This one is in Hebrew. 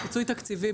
הוא פיצוי תקציבי.